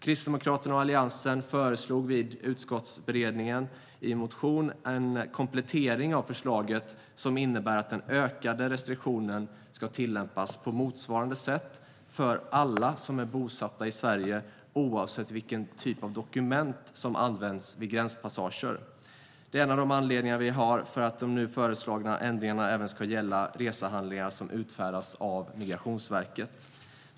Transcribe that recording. Vid utskottsberedningen föreslog Kristdemokraterna och Alliansen i en motion en komplettering av förslaget som innebär att den ökade restriktionen ska tillämpas på motsvarande sätt för alla som är bosatta i Sverige oavsett vilken typ av dokument som används vid gränspassager. Det är en av de anledningar som vi har för att de nu föreslagna ändringarna även ska gälla resehandlingar som utfärdas av Migrationsverket.